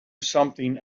something